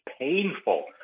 painful